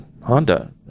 Honda